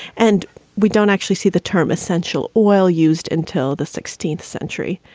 and we don't actually see the term essential oil used until the sixteenth century,